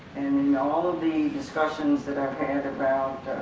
and and you know all of the discussions that i've had about